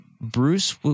Bruce